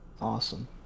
awesome